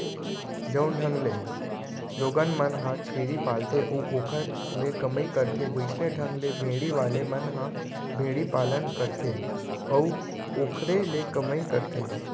जउन ढंग ले लोगन मन ह छेरी पालथे अउ ओखर ले कमई करथे वइसने ढंग ले भेड़ी वाले मन ह भेड़ी पालन करथे अउ ओखरे ले कमई करथे